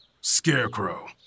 Scarecrow